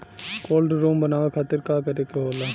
Cold room बनावे खातिर का करे के होला?